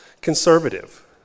conservative